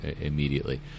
immediately